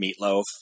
meatloaf